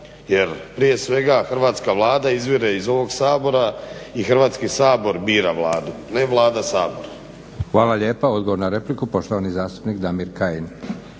Jer prije svega hrvatska Vlada izvire iz ovog Sabora i Hrvatski sabor bira Vladu, ne Vlada Sabor. **Leko, Josip (SDP)** Hvala lijepa, odgovor na repliku poštovani zastupnik Damir Kajin.